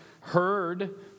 heard